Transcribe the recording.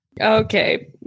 Okay